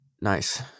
Nice